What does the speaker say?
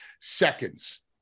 seconds